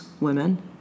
women